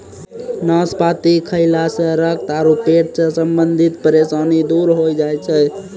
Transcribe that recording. नाशपाती खैला सॅ रक्त आरो पेट सॅ संबंधित परेशानी दूर होय जाय छै